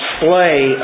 display